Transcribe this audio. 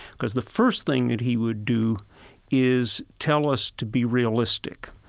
because the first thing that he would do is tell us to be realistic,